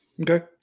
Okay